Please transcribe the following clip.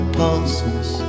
pulses